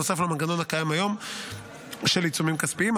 נוסף על המנגנון הקיים היום של עיצומים כספיים,